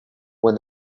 when